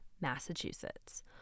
Massachusetts